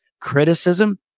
criticism